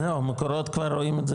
מקורות כבר רואים את זה,